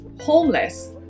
homeless